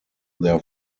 their